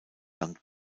dann